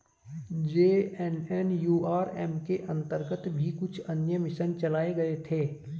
JNNURM के अंतर्गत भी अन्य कुछ मिशन चलाए गए थे